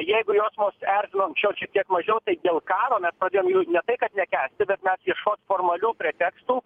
jeigu jos mus erzino anksčiau šiek tiek mažiau tai dėl karo mes pradėjom jų ne tai kad nekęsti bet mes iešot formalių pretekstų